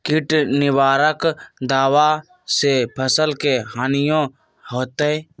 किट निवारक दावा से फसल के हानियों होतै?